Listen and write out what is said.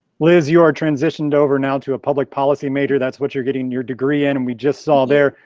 liz, you're transitioned over now to a public policy major, that's what you're getting your degree, and and we just saw there,